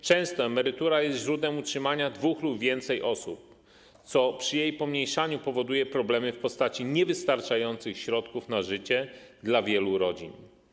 Często emerytura jest źródłem utrzymania dwóch lub więcej osób, co przy jej pomniejszaniu powoduje problemy w postaci niewystarczających środków na życie dla wielu rodzin.